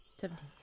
Seventeen